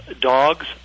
dogs